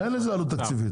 אין עלות תקציבית.